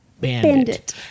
Bandit